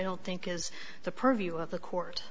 don't think is the purview of the court